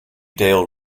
dale